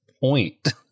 point